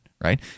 Right